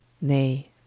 Nay